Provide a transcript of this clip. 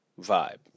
vibe